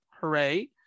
Hooray